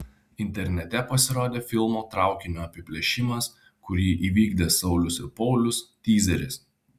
internete pasirodė filmo traukinio apiplėšimas kurį įvykdė saulius ir paulius tyzeris